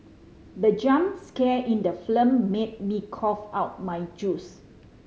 the jump scare in the film made me cough out my juice